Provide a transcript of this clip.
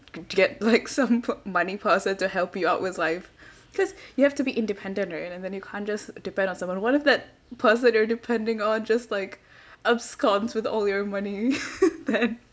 get like some p~ money person to help you out with life because you have to be independent right and then you can't just depend on someone what if that person you're depending on just like absconds with all your money then